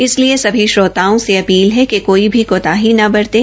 इसलिए सभी श्रोताओं से अपील है कि कोई भी कोताही न बरतें